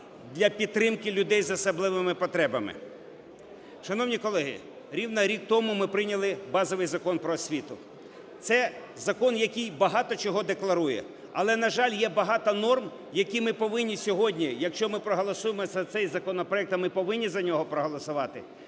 для підтримки людей з особливими потребами. Шановні колеги! Рівно рік тому ми прийняли базовий Закон "Про освіту". Це закон, який багато чого декларує, але, на жаль, є багато норм, які ми повинні сьогодні, якщо ми проголосуємо за цей законопроект, а ми повинні за нього проголосувати,